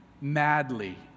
madly